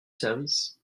services